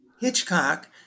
Hitchcock